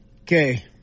Okay